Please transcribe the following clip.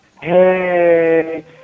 hey